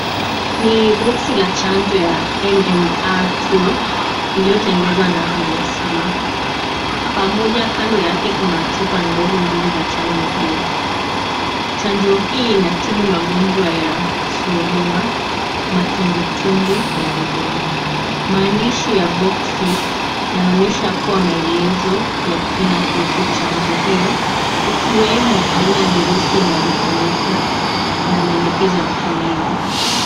Ni boksi la chanjo ya MMR 2 iliyotengenezwa na MSD pamoja kando yake kuna chupa ndogo mbili za chanjo hiyo. Chanjo hii inatibu mangonjwa ya surua, matumbwitumbwi na rubela , maandishi ya bokisi yanaonyesha kuwa maelezo ya kina kuhusu chanjo hiyo ikiwemo aina ya virusi na kutumika na maelezo ya matumizi.